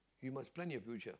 you must plan your future